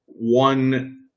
One